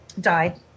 died